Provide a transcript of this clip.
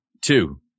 Two